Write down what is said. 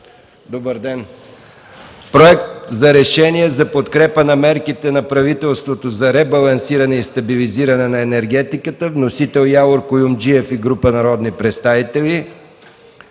- Проект за решение за подкрепа на мерките на правителството за ребалансиране и стабилизиране на енергетиката. Вносители – Явор Куюмджиев и група народни представители;